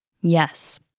Yes